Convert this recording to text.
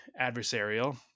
adversarial